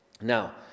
Now